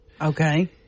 Okay